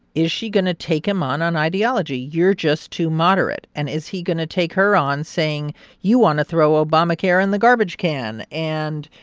is she going to take him on on ideology? you're just too moderate. and is he going to take her on, saying you want to throw obamacare in the garbage can. and,